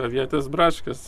avietės braškės